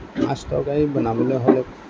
মাছ তৰকাৰী বনাবলৈ হ'লে